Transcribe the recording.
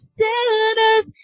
sinners